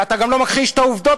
ואתה גם לא מכחיש את העובדות,